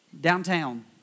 downtown